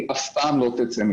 היא אף פעם לא תצא משם.